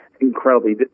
incredibly